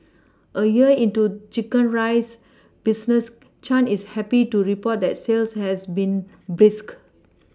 a year into chicken rice business Chan is happy to report that sales has been brisk